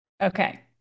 Okay